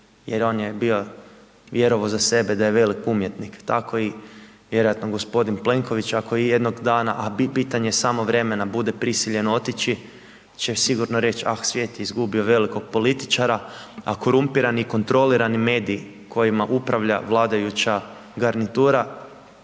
jer on je bio, vjerovao za sebe da je velik umjetnik, tako i vjerojatno g. Plenković ako i jednog dana, a bi pitanje samo vremena, bude prisiljen otići će sigurno reći „ah, svijet je izgubio velikog političara“, a korumpirani i kontrolirani mediji kojima upravlja vladajuća garnitura,